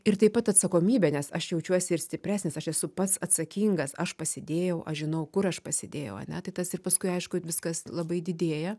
ir taip pat atsakomybė nes aš jaučiuosi ir stipresnis aš esu pats atsakingas aš pasidėjau aš žinau kur aš pasidėjau ane tai tas ir paskui aišku viskas labai didėja